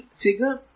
ഈ ഫിഗർ 2